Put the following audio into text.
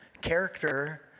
Character